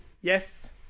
Yes